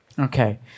Okay